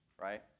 right